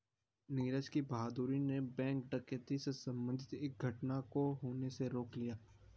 नीरज की बहादूरी ने बैंक डकैती से संबंधित एक घटना को होने से रोक लिया